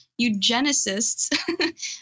eugenicists